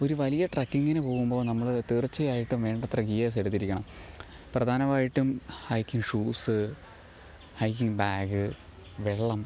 ഒരു വലിയ ട്രക്കിംഗിനു പോകുമ്പോൾ നമ്മൾ തീർച്ചയായിട്ടും വേണ്ടത്ര ഗിയേഴ്സെടുത്തിരിക്കണം പ്രധാനമായിട്ടും ഹൈക്കിംഗ് ഷൂസ് ഹൈക്കിംഗ് ബാഗ് വെള്ളം